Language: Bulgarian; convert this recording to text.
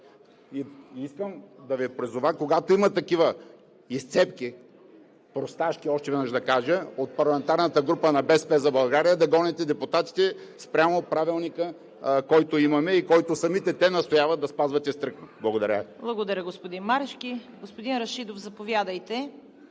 Искам да Ви призова, когато има такива изцепки, просташки – още веднъж да кажа, от парламентарната група на „БСП за България“, да гоните депутатите спрямо Правилника, който имаме и който самите те настояват да спазвате стриктно. Благодаря Ви. ПРЕДСЕДАТЕЛ ЦВЕТА КАРАЯНЧЕВА: Благодаря, господин Марешки. Господин Рашидов, заповядайте.